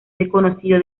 desconocido